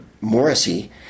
Morrissey